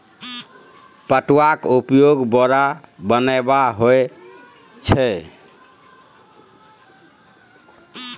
पटुआक उपयोग बोरा बनेबामे होए छै